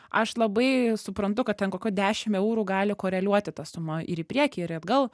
aš labai suprantu kad ten kokio dešim eurų gali koreliuoti ta suma ir į priekį ir atgal